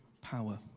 power